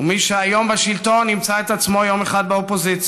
ומי שהיום בשלטון ימצא את עצמו יום אחד באופוזיציה,